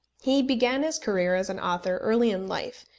he began his career as an author early in life,